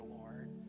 Lord